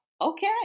okay